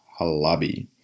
Halabi